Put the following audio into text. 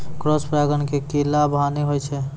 Cross परागण के की लाभ, हानि होय छै?